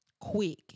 Quick